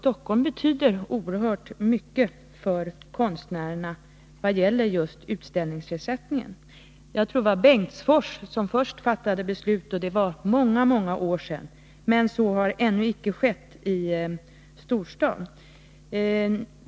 Stockholm betyder oerhört mycket för konstnärerna när det gäller just utställningsersättningen. Jag tror det var Bengtsfors kommun som först fattade beslut om utställningsersättning— det var många år sedan — men något sådant beslut har man ännu inte fattat i någon storstadskommun.